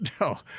No